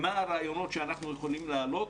ברעיונות שאנחנו יכולים להעלות,